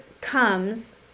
comes